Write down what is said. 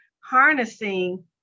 harnessing